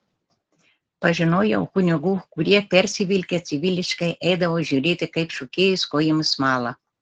pažinojau kunigų kurie persivilkę civiliškai eidavo žiūrėti kaip šokėjos kojomis mala